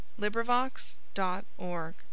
LibriVox.org